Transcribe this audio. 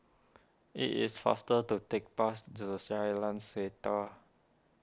it is faster to take bus to Setia